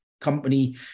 company